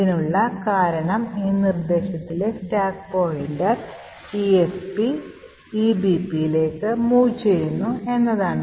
ഇതിനുള്ള കാരണം ഈ നിർദ്ദേശത്തിലെ സ്റ്റാക്ക് പോയിന്റർ esp ebp ലേക്ക് മൂവ് ചെയ്യുന്നു എന്നതാണ്